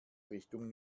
richtung